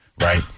right